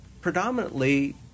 predominantly